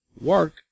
work